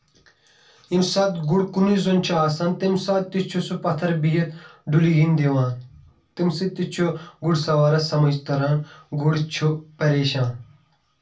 ییٚمہِ ساتہٕ گُر کُنُے زوٚن چھُ آسان تَمہِ ساتہٕ تہِ چھُ سُہ پَتھر بیٚہتھ ڈُلگٔنٛڈۍ دِوان تَمہِ سۭتۍ تہِ چھُ گُر ساوارَس سَمٕج تَران گُر چھُ پَریشان